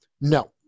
No